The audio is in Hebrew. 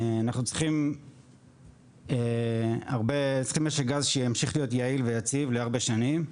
צריכים משק גז שימשיך להיות יעיל ויציב להרבה שנים,